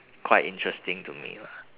quite interesting to me lah